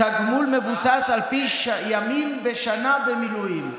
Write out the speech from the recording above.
תגמול מבוסס על ימים בשנה במילואים,